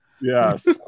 Yes